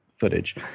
Footage